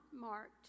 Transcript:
marked